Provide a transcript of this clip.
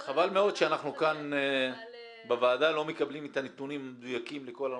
חבל מאוד שאנחנו כאן בוועדה לא מקבלים את הנתונים המדויקים לכל הנושאים.